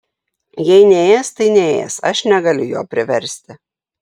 jei neės tai neės aš negaliu jo priversti